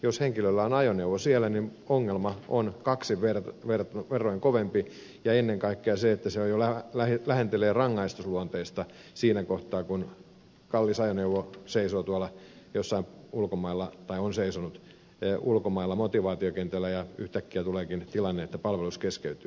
jos henkilöllä on ajoneuvo siellä niin ongelma on kaksin verroin kovempi ja ennen kaikkea se jo lähentelee rangaistusluonteista siinä kohtaa kun kallis ajoneuvo seisoo tai on seisonut tuolla jossain ulkomailla motivaatiokentällä ja yhtäkkiä tuleekin tilanne että palvelus keskeytyy